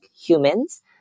humans